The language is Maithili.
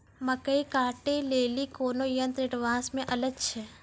मकई कांटे ले ली कोनो यंत्र एडवांस मे अल छ?